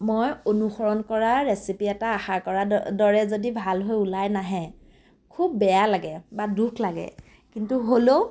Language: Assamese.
মই অনুসৰণ কৰা ৰেচিপি এটা আশা কৰা দৰে যদি ভাল হৈ ওলাই নাহে খুব বেয়া লাগে বা দুখ লাগে কিন্তু হ'লেও